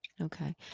Okay